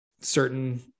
certain